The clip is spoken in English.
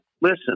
listen